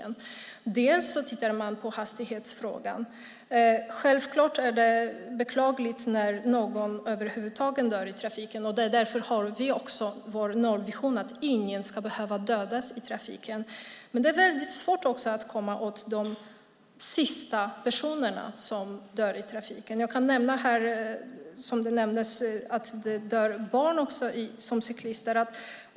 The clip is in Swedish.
En annan del är att titta på hastighetsfrågan. Självklart är det beklagligt att någon över huvud taget dör i trafiken. Därför har vi också vår nollvision att ingen ska behöva dödas i trafiken. Men det är väldigt svårt att komma åt de sista personerna som dör i trafiken. Som nämndes dör också barn som cyklar.